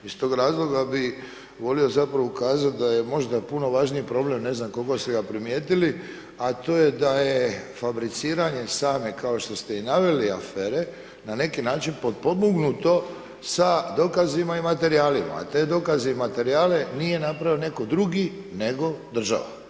Iz tog razloga bi volio zapravo ukazati da je možda puno važniji problem, ne znam koliko ste ga primijetili, a to je da je fabriciranje same kao što ste i naveli afere, na neki način potpomognuto sa dokazima i materijalima, a te dokaze i materijale nije napravio netko drugi nego država.